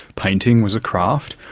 painting was a craft.